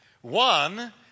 One